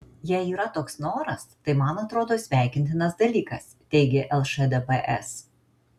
jei yra toks noras tai man atrodo sveikintinas dalykas teigė lšdps